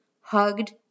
hugged